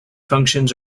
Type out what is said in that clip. functions